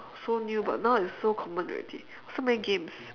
so new but now it's so common already so many games